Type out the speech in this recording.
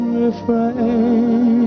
refrain